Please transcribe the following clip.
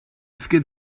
skid